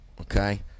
okay